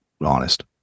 honest